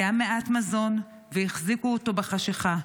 היה מעט מזון והחזיקו אותי בחשכה.